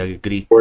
agree